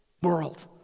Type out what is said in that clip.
world